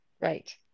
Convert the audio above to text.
right